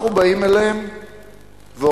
אנחנו באים אליהם ואומרים: